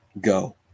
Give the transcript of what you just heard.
go